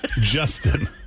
Justin